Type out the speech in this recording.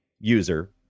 user